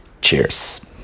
Cheers